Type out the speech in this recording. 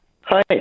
Hi